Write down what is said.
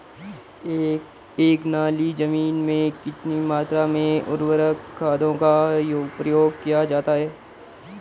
एक नाली जमीन में कितनी मात्रा में उर्वरक खादों का प्रयोग किया जाता है?